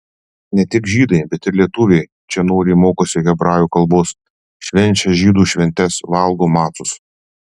ne tik žydai bet ir lietuviai čia noriai mokosi hebrajų kalbos švenčia žydų šventes valgo macus